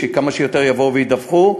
שכמה שיותר יבואו וידווחו,